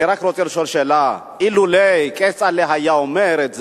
אני רק רוצה לשאול שאלה: אילו כצל'ה היה אומר את זה,